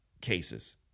cases